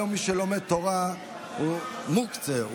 היום מי שלומד תורה הוא מוקצה,